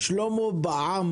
במקום שנגיד, "או אוכל או תרופות",